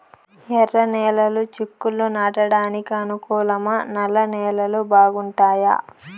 ఎర్రనేలలు చిక్కుళ్లు నాటడానికి అనుకూలమా నల్ల నేలలు బాగుంటాయా